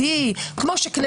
כמובן,